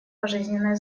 пожизненное